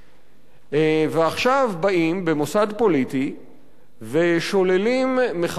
ועכשיו באים במוסד פוליטי ושוללים מחברת כנסת,